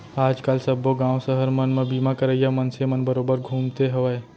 आज काल सब्बो गॉंव सहर मन म बीमा करइया मनसे मन बरोबर घूमते हवयँ